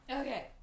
okay